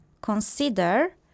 consider